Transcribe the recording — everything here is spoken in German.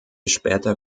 später